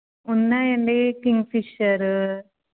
ఉన్నాయండి కింగ్ఫిషర్